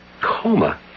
Coma